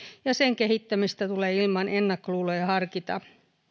ja sen kehittämistä tulee ilman ennakkoluuloja harkita